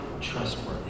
trustworthy